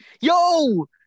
Yo